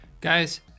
Guys